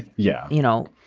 yeah. you know,